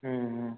ம் ம்